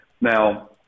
Now